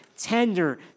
Tender